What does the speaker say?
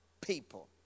people